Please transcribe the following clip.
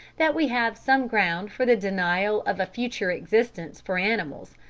that we have some ground for the denial of a future existence for animals,